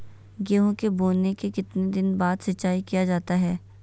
गेंहू के बोने के कितने दिन बाद सिंचाई किया जाता है?